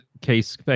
case